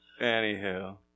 Anywho